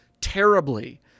terribly